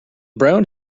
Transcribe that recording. brown